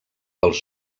pels